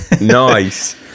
Nice